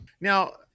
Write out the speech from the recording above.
Now